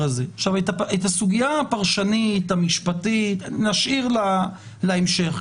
את הסוגיה הפרשנית המשפטית נשאיר להמשך,